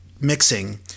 mixing